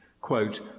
quote